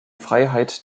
freiheit